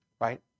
right